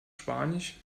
spanisch